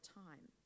time